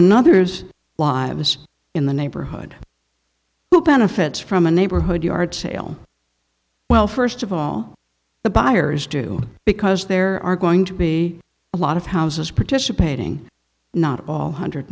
another's lives in the neighborhood who benefits from a neighborhood yard sale well first of all the buyers do because there are going to be a lot of houses participating not all hundred